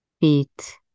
feet